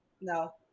No